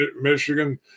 Michigan